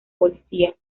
policía